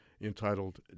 entitled